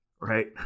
right